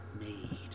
made